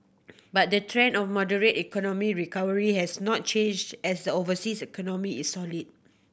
but the trend of moderate economy recovery has not changed as the overseas economy is solid